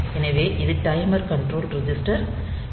எனவே இது timer control register TCON